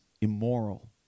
immoral